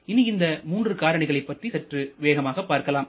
இனி இந்த மூன்று காரணிகளை பற்றி சற்று வேகமாக பார்க்கலாம்